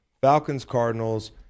Falcons-Cardinals